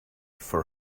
for